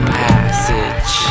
passage